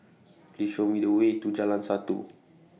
Please Show Me The Way to Jalan Satu